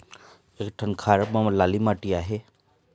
एक ठन खार म लाली माटी आहे?